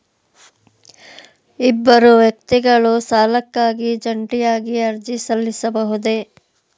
ಇಬ್ಬರು ವ್ಯಕ್ತಿಗಳು ಸಾಲಕ್ಕಾಗಿ ಜಂಟಿಯಾಗಿ ಅರ್ಜಿ ಸಲ್ಲಿಸಬಹುದೇ?